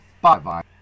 Bye-bye